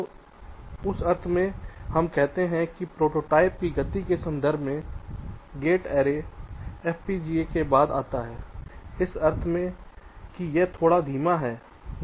तो उस अर्थ में हम कहते हैं कि प्रोटोटाइप की गति के संदर्भ में गेट ऐरे FPGA के बाद आता है इस अर्थ में कि यह थोड़ा धीमा है